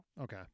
okay